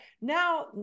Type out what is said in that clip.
now